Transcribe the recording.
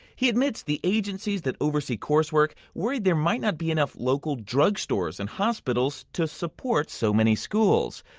he admits the agencies that oversee course work worried there might not be enough local drug stores and hospitals to support so many schools.